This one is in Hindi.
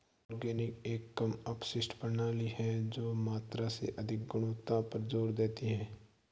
ऑर्गेनिक एक कम अपशिष्ट प्रणाली है जो मात्रा से अधिक गुणवत्ता पर जोर देती है